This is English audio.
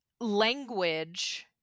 language